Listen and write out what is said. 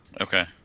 Okay